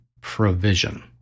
provision